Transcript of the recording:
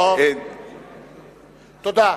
תודה.